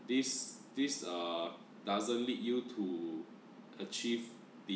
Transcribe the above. this this uh doesn't lead you to achieve the